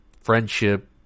friendship